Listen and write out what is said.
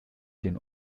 den